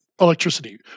electricity